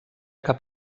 cap